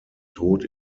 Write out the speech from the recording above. tod